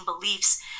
beliefs